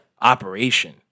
operation